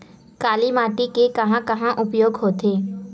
काली माटी के कहां कहा उपयोग होथे?